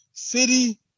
City